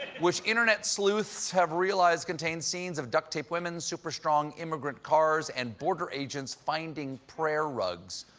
which internet sleuths have realized contains scenes of duct-taped women, super-strong immigrant cars, and border agents finding prayer rugs.